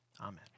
Amen